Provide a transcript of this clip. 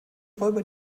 räuber